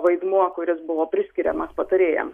vaidmuo kuris buvo priskiriamas patarėjams